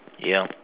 yup